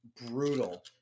brutal